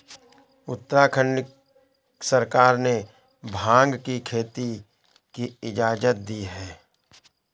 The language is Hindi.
उत्तराखंड सरकार ने भाँग की खेती की इजाजत दी है